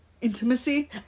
Intimacy